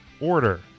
order